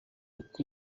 uko